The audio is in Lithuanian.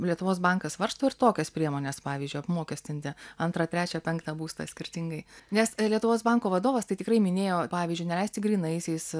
lietuvos bankas svarsto ir tokias priemones pavyzdžiui apmokestinti antrą trečią penktą būstą skirtingai nes lietuvos banko vadovas tai tikrai minėjo pavyzdžiui neleisti grynaisiais